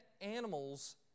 animals